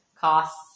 costs